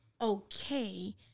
okay